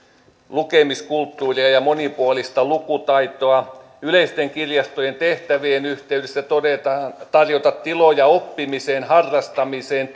lukemiskulttuuria ja ja monipuolista lukutaitoa yleisten kirjastojen tehtävien yhteydessä tarjota tiloja oppimiseen harrastamiseen